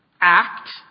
Act